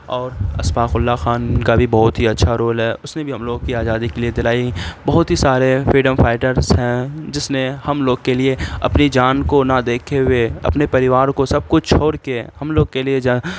اور اسفاق اللہ خان کا بھی بہت ہی اچھا رول ہے اس نے بھی ہم لوگ کی آزادی کے لیے دلائی بہت ہی سارے فریڈم فائٹرس ہیں جس نے ہم لوگ کے لیے اپنی جان کو نہ دیکھے ہوئے اپنے پریوار کو سب کچھ چھوڑ کے ہم لوگ کے لیے